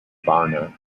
varna